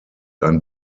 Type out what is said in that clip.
ein